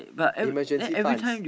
emergency funds